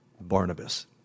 Barnabas